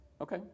Okay